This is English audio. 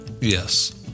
yes